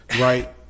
Right